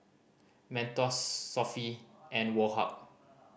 Mentos Sofy and Woh Hup